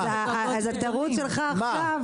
התירוץ שלך עכשיו...